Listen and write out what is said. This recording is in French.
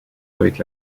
avec